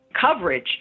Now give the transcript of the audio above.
coverage